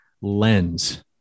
lens